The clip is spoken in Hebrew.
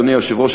אדוני היושב-ראש,